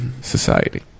society